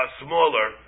smaller